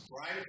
right